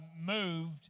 moved